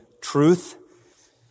truth